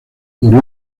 murió